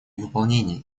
выполнении